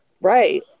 Right